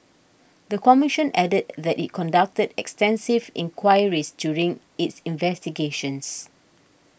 the commission added that it conducted extensive inquiries during its investigations